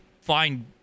find